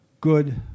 good